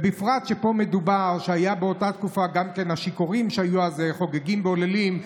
בפרט שפה מדובר שבאותה תקופה היו גם השיכורים חוגגים והוללים,